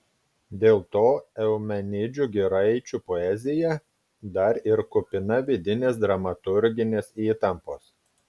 dėl to eumenidžių giraičių poezija dar ir kupina vidinės dramaturginės įtampos